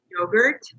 yogurt